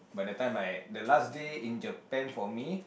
but the time I the last day in Japan for me